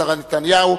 שרה נתניהו,